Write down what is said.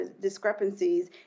discrepancies